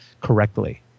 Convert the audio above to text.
correctly